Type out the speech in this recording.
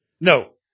No